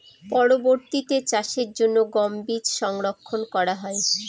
পরবর্তিতে চাষের জন্য গম বীজ সংরক্ষন করা হয়?